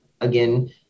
again